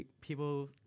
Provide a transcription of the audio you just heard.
People